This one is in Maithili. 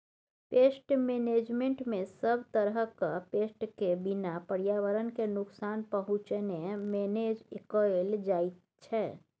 पेस्ट मेनेजमेन्टमे सब तरहक पेस्ट केँ बिना पर्यावरण केँ नुकसान पहुँचेने मेनेज कएल जाइत छै